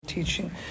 Teaching